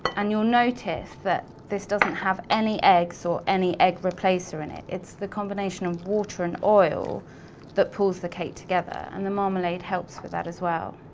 and you'll notice that this doesn't have any eggs or any egg replacer in it. it's the combination of water and oil that pulls the cake together and the marmalade helps with that, as well.